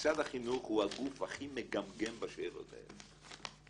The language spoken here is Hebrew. משרד החינוך הוא הגוף הכי מגמגם בשאלות האלה.